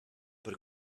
per